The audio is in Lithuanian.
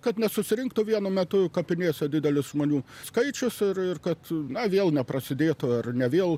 kad nesusirinktų vienu metu kapinėse didelis žmonių skaičius ir ir kad na vėl neprasidėtų ar ne vėl